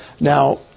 Now